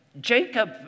Jacob